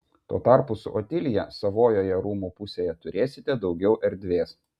tuo tarpu tu su otilija savojoje rūmų pusėje turėsite daugiau erdvės